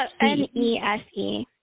N-E-S-E